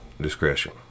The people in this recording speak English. discretion